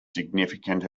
significant